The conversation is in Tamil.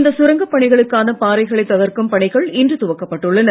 இந்த சுரங்கப்பணிக்கான பாறைகளை தகர்க்கும் பணிகள் இன்று துவக்கப்பட்டுள்ளன